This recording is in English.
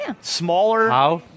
smaller